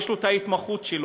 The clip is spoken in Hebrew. יש לו את ההתמחות שלו,